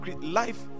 life